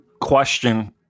question